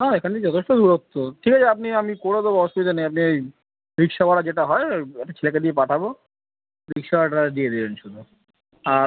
হ্যাঁ এখান থেকে যথেষ্টই দূরত্ব ঠিক আছে আপনি আমি করে দেবো অসুবিধা নেই আপনি রিক্সা ভাড়া যেটা হয় ওই একটা ছেলেকে দিয়ে পাঠাবো রিক্সা ভাড়াটা তাহলে দিয়ে দেন শুধু আর